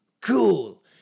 cool